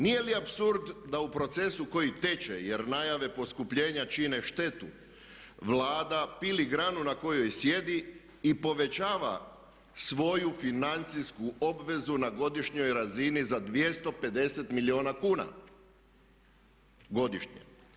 Nije li apsurd da u procesu koji teče, jer najave poskupljenja čine štetu Vlada pili granu na kojoj sjedi i povećava svoju financijsku obvezu na godišnjoj razini za 250 milijuna kuna godišnje?